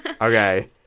Okay